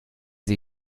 sie